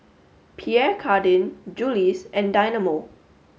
Pierre Cardin Julie's and Dynamo